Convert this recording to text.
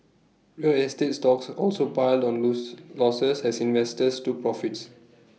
real estate stocks also piled on loss losses as investors took profits